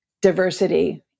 diversity